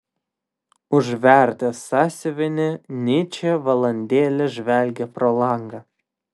užvertęs sąsiuvinį nyčė valandėlę žvelgė pro langą